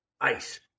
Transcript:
ice